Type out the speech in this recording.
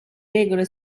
regole